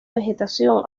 vegetación